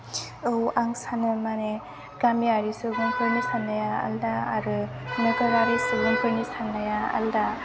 औ आं सानो माने गामियारि सुबुंफोरनि साननाया आलदा आरो नोगोरारि सुबुंफोरनि साननाया आलदा